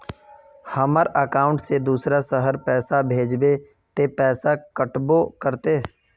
हमर अकाउंट से दूसरा शहर पैसा भेजबे ते पैसा कटबो करते?